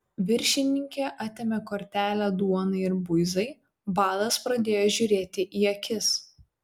viršininkė atėmė kortelę duonai ir buizai badas pradėjo žiūrėti į akis